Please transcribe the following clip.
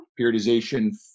periodization